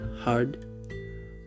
hard